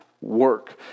work